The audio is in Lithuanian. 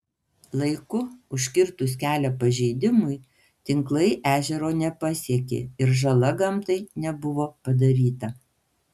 laiku užkirtus kelią pažeidimui tinklai ežero nepasiekė ir žala gamtai nebuvo padaryta